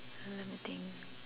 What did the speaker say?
uh let me think